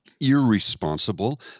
irresponsible